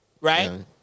Right